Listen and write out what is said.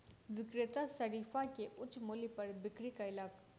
विक्रेता शरीफा के उच्च मूल्य पर बिक्री कयलक